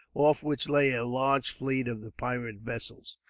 off which lay a large fleet of the pirate vessels.